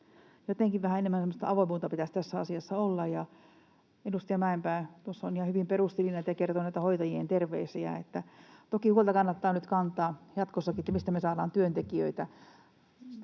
Jotenkin vähän enemmän semmoista avoimuutta pitäisi tässä asiassa olla. Edustaja Mäenpää tuossa ihan hyvin perusteli tätä ja kertoi hoitajien terveisiä. Toki huolta kannattaa nyt kantaa jatkossakin, että mistä me saadaan työntekijöitä.